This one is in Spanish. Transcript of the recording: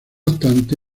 obstante